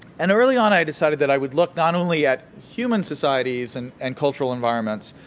and early on, i decided that i would look not only at human societies and and cultural environments,